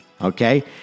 okay